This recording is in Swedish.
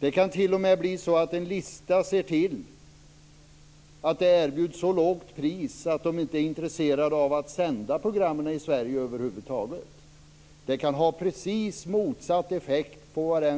Det kan t.o.m. bli så att en lista leder till att det erbjuds så lågt pris att man inte är intresserad av sända programmen i Sverige över huvud taget. Det kan bli precis motsatt effekt jämfört med